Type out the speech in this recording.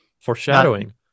foreshadowing